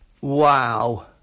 Wow